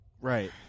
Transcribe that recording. Right